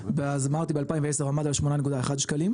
ואז אמרתי ב- 2010 התעריף עמד על 8.1 שקלים,